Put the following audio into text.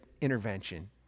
intervention